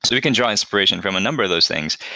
so we can draw inspiration from a number of those things.